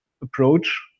approach